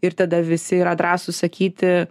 ir tada visi yra drąsūs sakyti